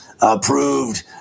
approved